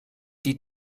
die